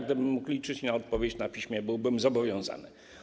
Gdybym mógł liczyć na odpowiedź na piśmie, byłbym zobowiązany.